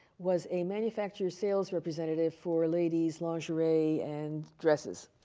was a manufacturing sales representative for ladies' lingerie and dresses.